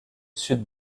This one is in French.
sud